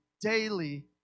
daily